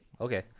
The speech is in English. okay